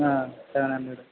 seven hundred